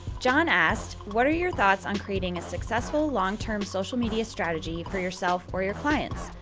john asked, what are your thoughts on creating a successful, long term social media strategy for yourself or your clients?